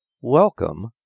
Welcome